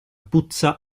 puzza